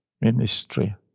ministry